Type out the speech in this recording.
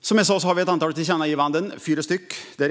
Som jag sa föreslås i betänkandet ett antal, fyra stycken, tillkännagivanden.